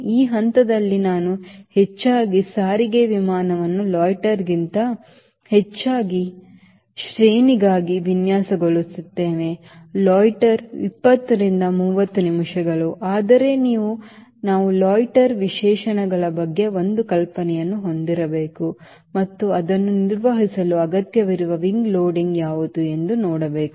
ಈ ಹಂತದಲ್ಲಿ ನಾನು ಹೆಚ್ಚಾಗಿ ಸಾರಿಗೆ ವಿಮಾನವನ್ನು loiterಗಿಂತ ಹೆಚ್ಚಾಗಿ ಶ್ರೇಣಿಗಾಗಿ ವಿನ್ಯಾಸಗೊಳಿಸುತ್ತೇವೆ ಲೋಯಿಟರ್ 20 30 ನಿಮಿಷಗಳು ಆದರೆ ಇನ್ನೂ ನಾವು ಲೋಯಿಟರ್ ವಿಶೇಷಣಗಳ ಬಗ್ಗೆ ಒಂದು ಕಲ್ಪನೆಯನ್ನು ಹೊಂದಿರಬೇಕು ಮತ್ತು ಅದನ್ನು ನಿರ್ವಹಿಸಲು ಅಗತ್ಯವಿರುವ wing loading ಯಾವುದು ಎಂದು ನೋಡಬೇಕು